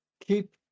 keep